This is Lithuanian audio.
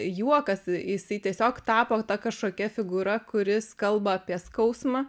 juokas jisai tiesiog tapo ta kažkokia figūra kuris kalba apie skausmą